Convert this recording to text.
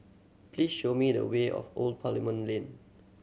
please show me the way of Old Parliament Lane